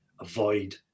avoid